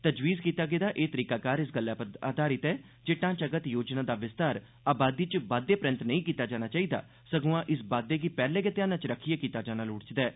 तजवीज़ कीता गेदा एह तरीकाकार इस गल्लै पर आधारित ऐ जे ढांचागत योजना दा विस्तार आबादी च बाद्दे परैन्त नेई कीता जाना चाहिद सगुआं इस बाद्दे गी पैहले गै ध्याना च रक्खियै कीता जाना लोड़चदा ऐ